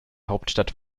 hauptstadt